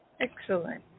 Excellent